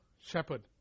shepherd